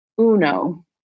Uno